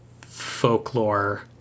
folklore